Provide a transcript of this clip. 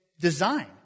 design